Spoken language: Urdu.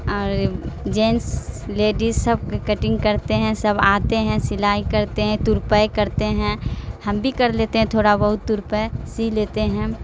اور جینس لیڈیز سب کٹنگ کرتے ہیں سب آتے ہیں سلائی کرتے ہیں ترپائی کرتے ہیں ہم بھی کر لیتے ہیں تھوڑا بہت ترپائی سی لیتے ہیں